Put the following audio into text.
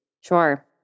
Sure